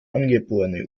angeborene